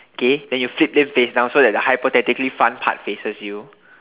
K then you flip them face down so that the hypothetically front part faces you